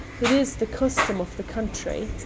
it is the custom of the country,